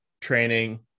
training